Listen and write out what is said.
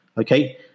Okay